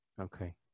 okay